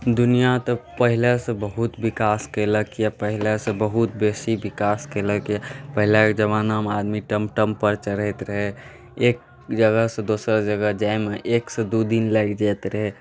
दुनिआँ तऽ पहिलेसँ बहुत विकास कयलकए पहिलेसँ बहुत बेसी विकास कयलकए पहिलाक जमानामे आदमी टमटम पर चढ़ैत रहै एक जगहसँ दोसर जगह जाइमे एकसँ दू दिन लागि जाइत रहै